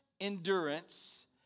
endurance